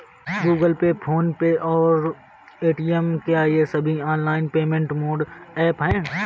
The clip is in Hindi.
गूगल पे फोन पे और पेटीएम क्या ये सभी ऑनलाइन पेमेंट मोड ऐप हैं?